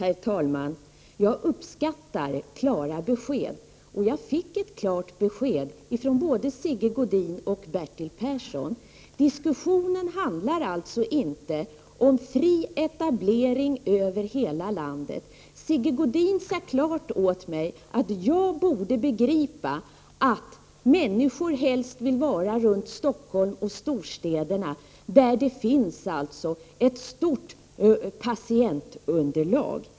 Herr talman! Jag uppskattar klara besked, och jag fick klara besked från både Sigge Godin och Bertil Persson. Diskussionen handlar alltså inte om fri etablering över hela landet. Sigge Godin sade klart och tydligt att jag borde begripa att människor helst vill bo och verka runt Stockholm och storstäderna där det alltså finns ett stor patientunderlag.